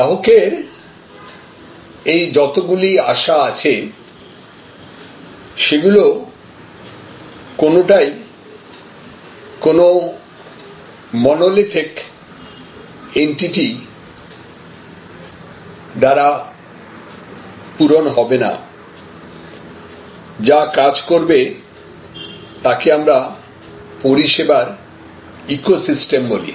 গ্রাহকের এই যত গুলি আশা আছে সেগুলি কোনটাই কোন মনোলিথিক এন্টিটি দ্বারা পূরণ হবে না যা কাজ করবে তাকে আমরা পরিষেবার ইকোসিস্টেম বলি